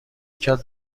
کرد